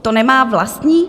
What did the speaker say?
To nemá vlastní?